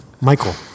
Michael